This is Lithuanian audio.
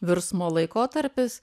virsmo laikotarpis